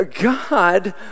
God